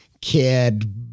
kid